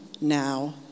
now